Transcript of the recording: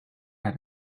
had